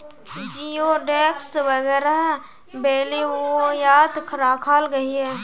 जिओडेक्स वगैरह बेल्वियात राखाल गहिये